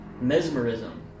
mesmerism